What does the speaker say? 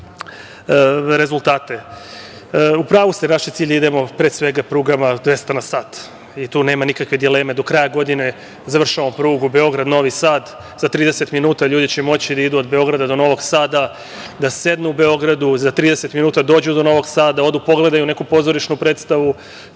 rezultate.U pravu ste naš je cilj da idemo, pre svega, prugama 200 na sat i tu nema nikakve dileme. Do kraja godine završavamo prugu u Beograd – Novi Sad. Za 30 minuta ljudi će moći da idu od Beograda do Novog Sada, da sednu u Beogradu, za 30 minuta dođu do Novog Sada, odu pogledaju neku pozorišnu predstavu,